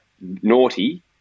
naughty